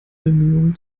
bemühungen